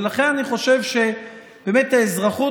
ולכן אני חושב שבאמת האזרחות,